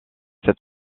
cet